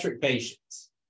patients